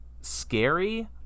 scary